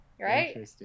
Right